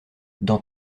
dans